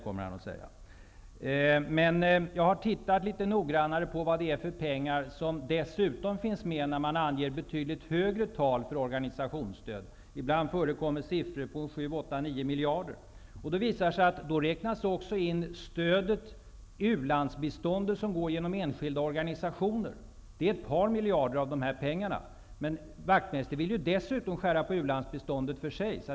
Men jag har tittat litet noggrannare på vilka pengar som dessutom finns med när man anger betydligt högre tal för organisationsstöd. Ibland förekommer siffror på upp till 9 miljarder kronor. Då räknas också in det u-landsbistånd som går genom enskilda organisationer. Det är ett par miljarder av dessa pengar. Men Wachtmeister vill ju dessutom skära på u-landsbiståndet för sig.